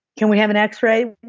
can we have an x-ray?